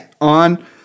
on